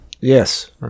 Yes